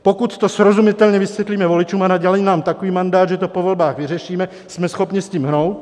Pokud to srozumitelně vysvětlíme voličům a nadělí nám takový mandát, že to po volbách vyřešíme, jsme schopni s tím hnout.